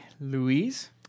Louise